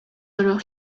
alors